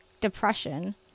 depression